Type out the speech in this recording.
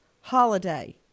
holiday